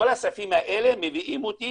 כל הכספים האלה מביאים אותי